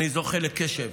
אני זוכה לקשב